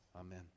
Amen